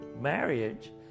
Marriage